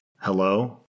Hello